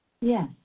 Yes